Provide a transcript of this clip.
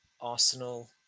Arsenal